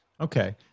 Okay